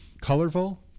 colorful